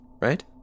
right